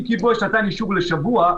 אם --- אישור לשבוע,